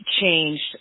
changed